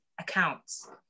accounts